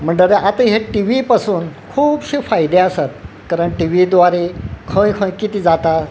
म्हणटकच आतां हे टि व्ही पासून खुबशे फायदे आसात कारण टि व्ही द्वारे खंय खंय कितें जाता